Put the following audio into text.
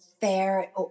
fair